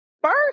First